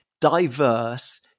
diverse